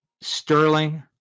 sterling